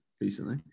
recently